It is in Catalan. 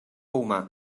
humà